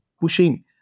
pushing